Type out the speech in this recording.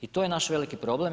I to je naš veliki problem.